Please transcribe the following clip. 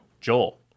joel